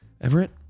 Everett